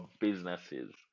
businesses